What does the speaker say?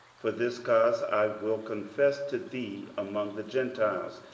for this cause i will confess to thee among the gentiles,